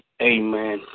Amen